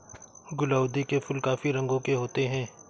गुलाउदी के फूल काफी रंगों के होते हैं